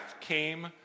came